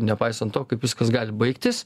nepaisant to kaip viskas gali baigtis